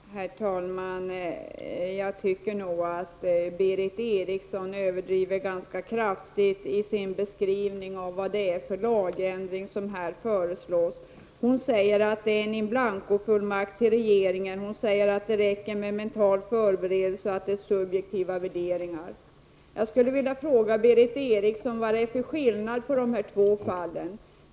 Herr talman! Jag tycker nog att Berith Eriksson överdriver ganska kraftigt i sin beskrivning av den lagändring som här föreslås. Hon talar om in blancofullmakt till regeringen och säger att det räcker med mental förberedelse. Hon talar också om subjektiva värderingar. Men vad är det för skillnad mellan de båda följande fallen?